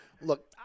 Look